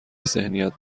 ذهنیت